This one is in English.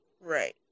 Right